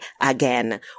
again